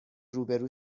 روبرو